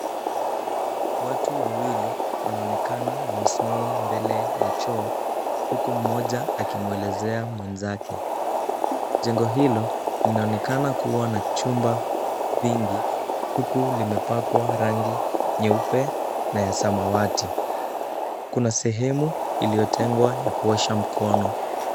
Watu wawili wanaonekana wamesimama mbele ya choo huku mmoja akimwelezea mwenzake. Jengo hilo linaonekana kuwa na chumba vingi huku limepakwa rangi nyeupe na ya samawati. Kuna sehemu iliyotengwa ya kuosha mkono.